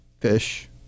fish